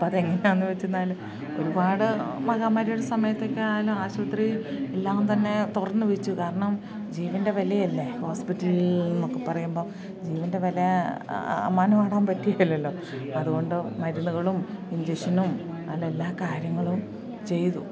അപ്പോഴത് എങ്ങനെയാണെന്നു വെച്ചെന്നാൽ ഒരുപാട് മഹാമാരിയുടെ സമയത്തൊക്കെ ആയാലും ആശുപത്രി എല്ലാം തന്നെ തുറന്നു വെച്ചു കാരണം ജീവൻ്റെ വിലയല്ലേ ഹോസ്പിറ്റൽ എന്നൊക്കെ പറയുമ്പം ജീവൻ്റെ വില അമ്മാനമാടാൻ പറ്റുകയില്ലല്ലോ അതുകൊണ്ട് മരുന്നുകളും ഇഞ്ചക്ഷനും അല്ല എല്ലാ കാര്യങ്ങളും ചെയ്തു